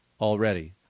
already